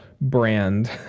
brand